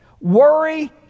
Worry